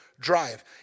drive